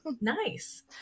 nice